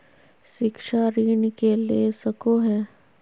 शिक्षा ऋण के ले सको है?